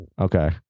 Okay